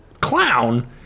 clown